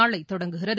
நாளைதொடங்குகிறது